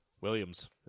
Williams